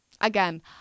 Again